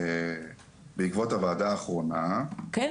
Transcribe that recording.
בעקבות הוועדה האחרונה --- כן,